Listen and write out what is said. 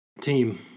team